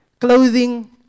clothing